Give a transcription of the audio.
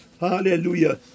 Hallelujah